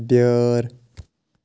بیٛٲرۍ